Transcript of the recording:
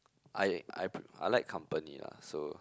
I I pre~ I like company lah so